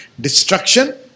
Destruction